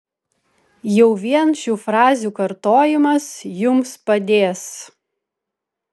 jau vien šių frazių kartojimas jums padės